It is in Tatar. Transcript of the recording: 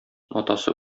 атасы